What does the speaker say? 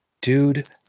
Dude